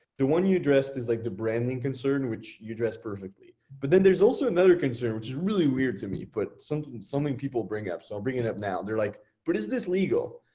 the one you addressed is like the branding concern which you addressed perfectly, but then there's also another concern which is really weird to me, but something something people bring up. so i'll bring it up now. they're like, but is this legal?